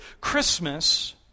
Christmas